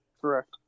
Correct